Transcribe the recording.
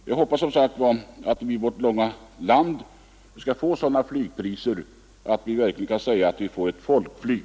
Min förhoppning är att vi i vårt långa land skall få sådana flygpriser att vi verkligen kan säga att vi har ett folkflyg.